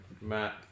Matt